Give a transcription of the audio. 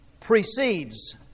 precedes